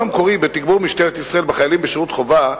המקורי בתגבור משטרת ישראל בחיילים בשירות חובה,